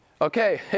Okay